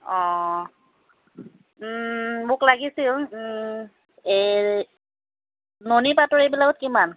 অঁ মোক লাগিছিল এই নুনি পাটৰ এইবিলাকত কিমান